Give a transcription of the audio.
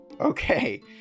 okay